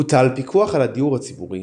הוטל פיקוח על הדיור הציבורי